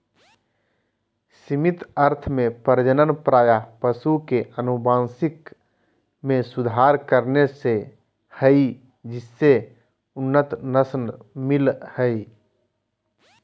सीमित अर्थ में प्रजनन प्रायः पशु के अनुवांशिक मे सुधार करने से हई जिससे उन्नत नस्ल मिल हई